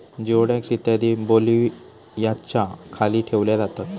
जिओडेक्स इत्यादी बेल्व्हियाच्या खाली ठेवल्या जातात